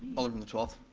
alder from the twelfth.